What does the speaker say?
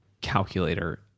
calculator